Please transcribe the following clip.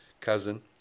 cousin